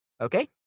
okay